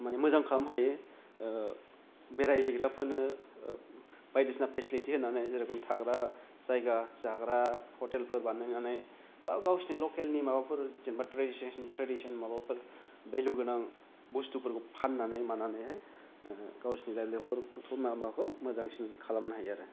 मोजां खालामनो हायो बेरायहैग्रा फोरनो बायदिसिना फेसिलिटी होनानै जेरेखम थाग्रा जायगा जाग्रा हटेलफोर बानायनानै बा गावसिनि लकेल माबाफोर बा ट्रेदिसोन माबाफोर बेलु गोनां बुस्थुफोरखौ फान्नानै मानानै हाय गावसिनि लिबलिहुद माबाखौ मोजांसिन खालामनो हायो आरो